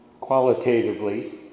qualitatively